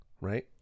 right